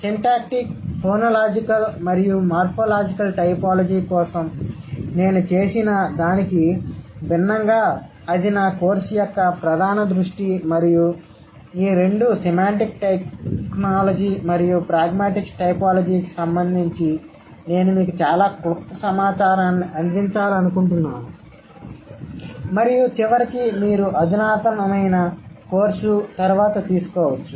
syntactic phonological మరియు morphological typology కోసం నేను చేసిన దానికి భిన్నంగా అది నా కోర్సు యొక్క ప్రధాన దృష్టి మరియు ఈ రెండు సెమాంటిక్ టెక్నాలజీ మరియు ప్రాగ్మాటిక్స్ టైపోలాజీకి సంబంధించి నేను మీకు చాలా క్లుప్త సమాచారాన్ని అందించాలనుకుంటున్నాను మరియు చివరికి మీరు అధునాతనమైన కోర్సు తరువాత తీసుకోవచ్చు